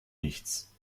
nichts